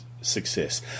Success